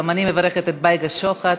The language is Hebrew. גם אני מברכת את בייגה שוחט,